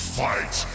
fight